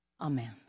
amen